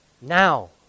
Now